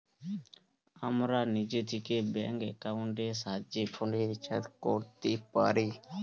আমরা নিজে থিকে ব্যাঙ্ক একাউন্টের সাহায্যে ফোনের রিচার্জ কোরতে পারি